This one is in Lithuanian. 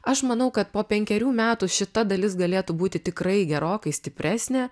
aš manau kad po penkerių metų šita dalis galėtų būti tikrai gerokai stipresnė